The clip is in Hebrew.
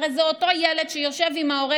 הרי זה אותו ילד שיושב עם ההורה,